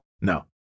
No